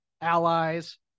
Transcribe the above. allies